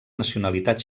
nacionalitat